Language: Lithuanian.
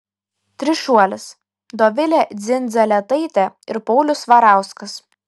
trišuolis dovilė dzindzaletaitė ir paulius svarauskas